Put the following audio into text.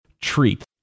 treat